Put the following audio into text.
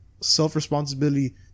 self-responsibility